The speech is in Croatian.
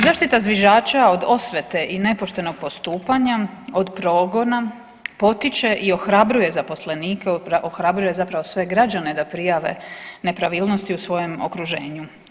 Zaštita zviždača od osvete i nepoštenog postupanja od progona potiče i ohrabruje zaposlenike, ohrabruje zapravo sve građane da prijave nepravilnosti u svojem okruženju.